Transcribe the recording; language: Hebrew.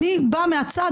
הסתכלתי מהצד,